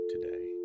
today